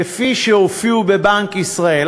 כפי שהופיעו בדברי בנק ישראל.